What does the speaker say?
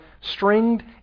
stringed